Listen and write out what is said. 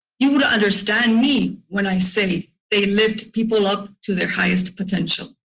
you would understand me, when i say they lift people up to their highest potential.